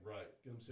Right